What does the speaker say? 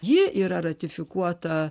ji yra ratifikuota